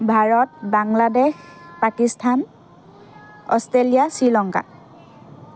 Bharat Bangladesh Pakistan Australia Sri Lanka